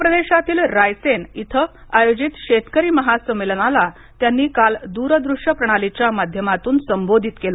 मध्य प्रदेशातील रायसेन इथ आयोजित शेतकरी महासंमेलनाला त्यांनी काल दूरदृश्य प्रणालीच्या माध्यमातून संबोधित केलं